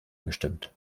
gestimmt